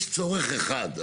יש צורך אחד,